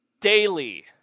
daily